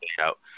Out